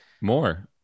more